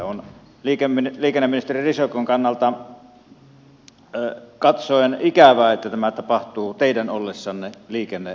on liikenneministeri risikon kannalta katsoen ikävää että tämä tapahtuu teidän ollessanne liikenneministerinä